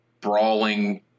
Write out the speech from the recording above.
brawling